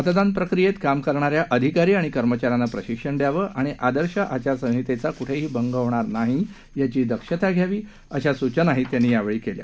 मतदान प्रक्रियेत काम करणाऱ्या अधिकारी आणि कर्मचाऱ्यांना प्रशिक्षण द्यावं आणि आदर्श आचार संहितेचा कुठेही भंग होणार नाही याची दक्षता घ्यावी अशा सूचनाही त्यांनी यावेळी केल्या